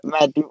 Matt